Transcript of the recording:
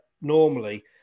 normally